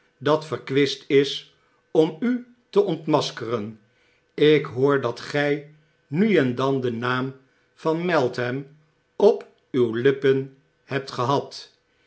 dat verkwist is om u te ontmaskeren ik hoor dat gy nu en dan den naam van meltham op uw lippen hebt gehad